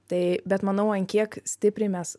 tai bet manau an kiek stipriai mes